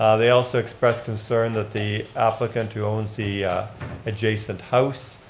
ah they also expressed concern that the applicant who owns the adjacent house